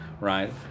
right